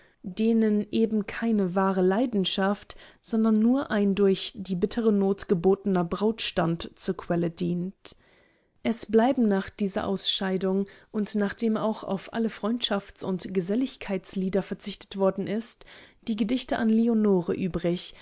denen eben keine wahre leidenschaft sondern nur ein durch die bittere not gebotener brautstand zur quelle dient es bleiben nach dieser ausscheidung und nachdem auch auf alle freundschafts und geselligkeitslieder verzichtet worden ist die gedichte an leonore übrig